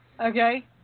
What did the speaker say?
Okay